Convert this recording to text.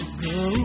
go